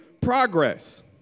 progress